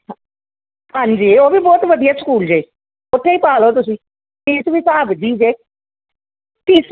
ਹਾਂ ਹਾਂਜੀ ਉਹ ਵੀ ਬਹੁਤ ਵਧੀਆ ਸਕੂਲ ਜੇ ਉੱਥੇ ਹੀ ਪਾ ਲਓ ਤੁਸੀਂ ਫੀਸ ਵੀ ਹਿਸਾਬ ਦੀ ਜੇ ਫੀਸ